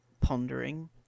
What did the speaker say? pondering